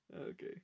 Okay